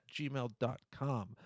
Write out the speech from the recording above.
gmail.com